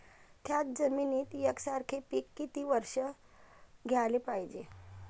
थ्याच जमिनीत यकसारखे पिकं किती वरसं घ्याले पायजे?